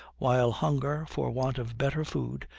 while hunger, for want of better food,